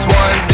one